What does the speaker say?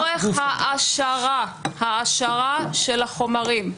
לצורך העשרה של החומרים.